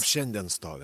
šiandien stovi